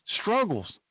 struggles